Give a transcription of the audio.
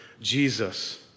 Jesus